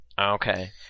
Okay